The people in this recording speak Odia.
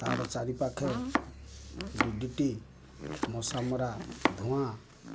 ତା'ର ଚାରିପାଖେ ଡି ଡ଼ି ଟି ମଶାମରା ଧୂଆଁ